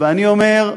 אני אומר: